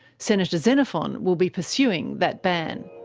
senator xenophon will be pursuing that ban.